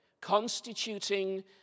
constituting